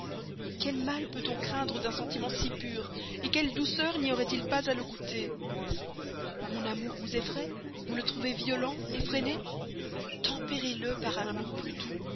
quel mal peut-on craindre d'un sentiment si pur quelles douceurs n'y aurait-il pas à le goûter mon amour vous effraie vous le trouvez violent effréné tempérez le par un amour plus doux